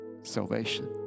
salvation